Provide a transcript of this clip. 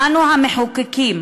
אנו, המחוקקים